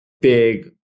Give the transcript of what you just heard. big